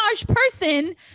person